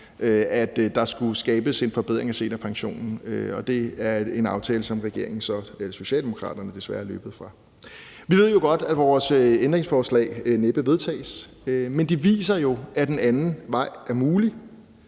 at der skulle skabes en forbedring af seniorpensionen, og det er en aftale, som Socialdemokraterne desværre er løbet fra. Vi ved jo godt, at vores ændringsforslag næppe vedtages. Men de viser, at en anden vej er mulig.